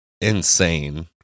insane